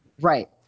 Right